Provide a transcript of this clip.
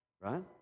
right